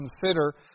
consider